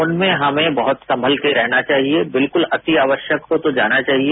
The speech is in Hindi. उनमें हमें बहुत ही संभल कर रहना चाहिए बिल्क्ल अति आवश्यक हो तो जाना चाहिए